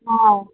हय